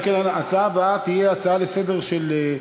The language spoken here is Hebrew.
נעבור להצעה לסדר-היום בנושא: